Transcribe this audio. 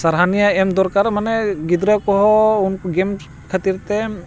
ᱥᱟᱨᱦᱟᱱᱤᱭᱟᱹ ᱮᱢ ᱫᱚᱨᱠᱟᱨ ᱢᱟᱱᱮ ᱜᱤᱫᱽᱨᱟᱹ ᱠᱚᱦᱚᱸ ᱩᱱᱠᱩ ᱜᱮᱢ ᱠᱷᱟᱹᱛᱤᱨ ᱛᱮᱢ